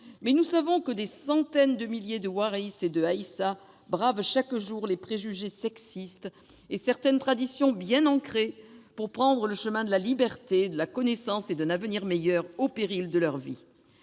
Mais nous savons que des centaines de milliers de Waris et d'Aïssa bravent chaque jour les préjugés sexistes et certaines traditions bien ancrées pour prendre le chemin de la liberté, de la connaissance et d'un avenir meilleur, au péril de leur vie.